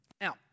Now